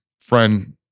friend